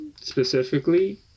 specifically